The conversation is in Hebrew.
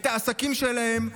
את העסקים שלהם,